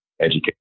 education